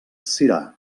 sirà